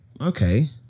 Okay